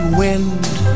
wind